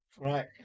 Right